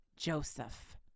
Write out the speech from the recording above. joseph